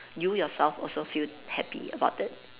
you yourself also feel happy about it